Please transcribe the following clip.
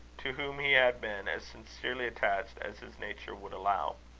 to whom he had been as sincerely attached as his nature would allow.